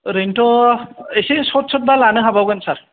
ओरैनोथ' इसे सर्थ सर्थबा लानो हाबावगोन सार